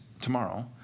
tomorrow